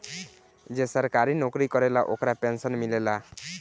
जे सरकारी नौकरी करेला ओकरा पेंशन मिलेला